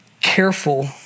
careful